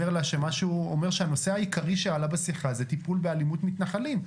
אומר שהנושא העיקרי שעלה בשיחה זה טיפול באלימות מתנחלים.